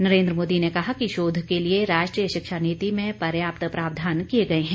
नरेंद्र मोदी ने कहा कि शोध के लिए राष्ट्रीय शिक्षा नीति में पर्याप्त प्रावधान किए गए हैं